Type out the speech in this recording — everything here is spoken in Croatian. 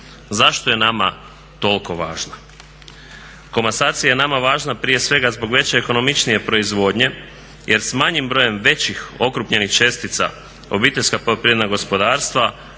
Zašto je nama toliko važna? Komasacija je nama važna prije svega zbog veće i ekonomičnije proizvodnje jer s manjim brojem većih okrupnjenih čestica OPG-i odnosno